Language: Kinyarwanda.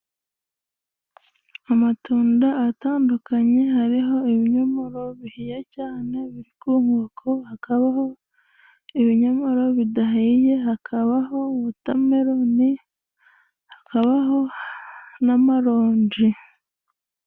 Amatunda atandukanye hariho ibinyomoro bihiye cyane biri ku nkoko, hakabaho ibinyomoro bidahiye, hakabaho watameruni hakabaho n'amaronji.